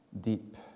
deep